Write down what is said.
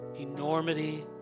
enormity